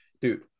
dude